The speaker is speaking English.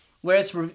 whereas